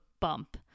bump